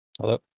Hello